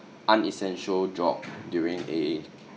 unessential job during a